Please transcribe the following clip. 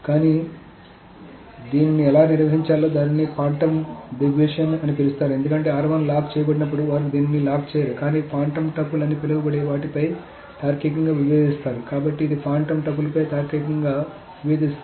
కాబట్టి దీనిని ఎలా నిర్వహించాలో దీనిని ఫాంటమ్ దృగ్విషయం అని పిలుస్తారు ఎందుకంటే లాక్ చేయబడినప్పుడు వారు దీనిని లాక్ చేయరు కానీ ఫాంటమ్ టపుల్ అని పిలువబడే వాటిపై తార్కికంగా విభేదిస్తారు కాబట్టి ఇది ఫాంటమ్ టపుల్పై తార్కికంగా తార్కికంగా విభేదిస్తుంది